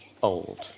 old